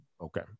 Okay